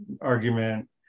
argument